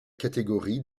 catégorie